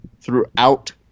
throughout